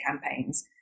campaigns